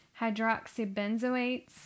hydroxybenzoates